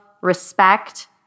respect